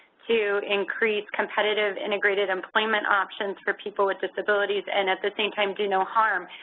to increase competitive integrated employment options for people with disabilities and at the same time, do no harm.